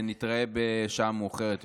נתראה בשעה מאוחרת יותר.